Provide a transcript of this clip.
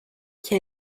qui